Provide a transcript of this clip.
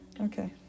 Okay